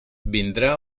vindrà